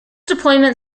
deployment